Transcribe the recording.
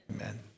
Amen